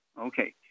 Okay